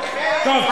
טוב,